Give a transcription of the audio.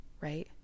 right